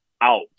out